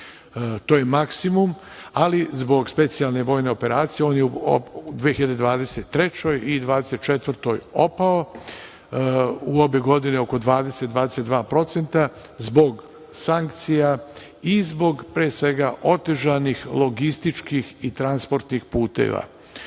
To je maksimum, ali zbog specijalne vojne operacije on je u 2023. i 2024. opao, u obe godine oko 20 do 22% zbog sankcija i zbog pre svega otežanih logističkih i transportnih